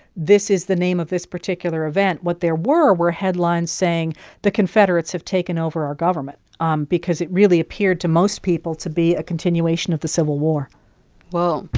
this is the name of this particular event. what there were were headlines saying the confederates have taken over our government um because it really appeared to most people to be a continuation of the civil war woah